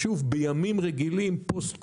שוב, בימים רגילים פוסט קורונה,